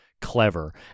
clever